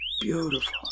beautiful